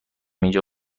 اینجا